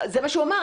זה מה שהוא אומר.